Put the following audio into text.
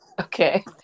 okay